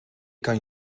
kan